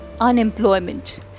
unemployment